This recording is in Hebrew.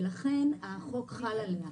תשלום ולכן החוק חל עליה.